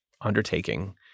undertaking